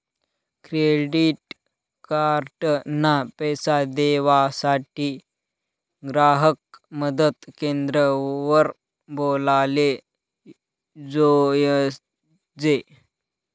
credit card ना पैसा देवासाठे ग्राहक मदत क्रेंद्र वर बोलाले जोयजे